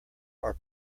are